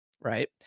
right